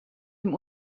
dem